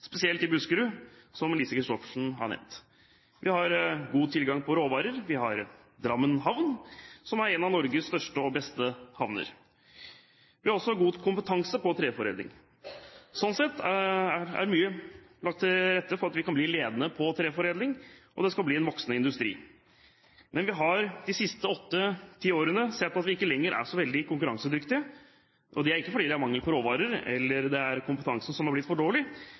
spesielt i Buskerud, som Lise Christoffersen har nevnt. Vi har god tilgang på råvarer, og vi har Drammen havn, som er en av Norges største og beste havner. Vi har også god kompetanse på treforedling. Slik sett er mye lagt til rette for at vi kan bli ledende på treforedling, og at det skal bli en voksende industri. Men vi har de siste åtte–ti årene sett at vi ikke lenger er så veldig konkurransedyktige. Det er ikke fordi det er mangel på råvarer, eller at kompetansen har blitt for dårlig,